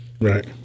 Right